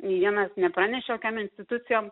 nei vienas nepranešė jokiom institucijom